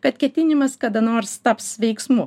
kad ketinimas kada nors taps veiksmu